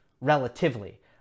relatively